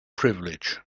privilege